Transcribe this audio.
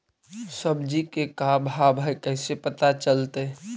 सब्जी के का भाव है कैसे पता चलतै?